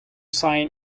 sign